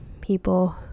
people